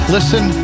Listen